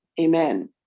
amen